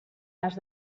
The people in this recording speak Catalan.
les